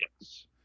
Yes